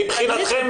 מבחינתכם,